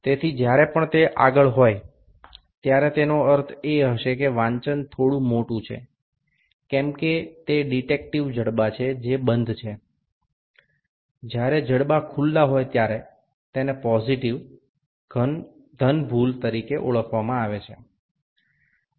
તેથી જ્યારે પણ તે આગળ હોય ત્યારે તેનો અર્થ એ હશે કે વાંચન થોડું મોટું છે કે કેમ કે તે ડિટેક્ટીવ જડબાં છે જે બંધ છે જ્યારે જડબા ખુલ્લા હોય ત્યારે તેને પોઝીટીવ ધન ભૂલ તરીકે ઓળખવામાં આવે છે